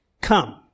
come